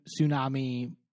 tsunami